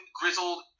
grizzled